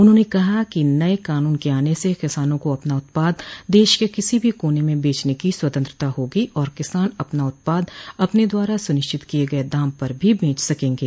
उन्होंने कहा कि नये कानून के आने से किसानों को अपना उत्पाद देश के किसी भी कोने में बेचने की स्वतंत्रता होगी और किसान अपना उत्पाद अपने द्वारा सुनिश्चित किये गये दाम पर भी बेंच सकेंगे